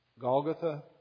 Golgotha